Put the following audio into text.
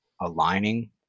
aligning